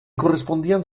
correspondían